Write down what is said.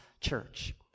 church